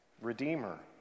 Redeemer